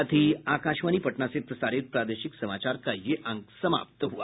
इसके साथ ही आकाशवाणी पटना से प्रसारित प्रादेशिक समाचार का ये अंक समाप्त हुआ